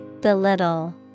Belittle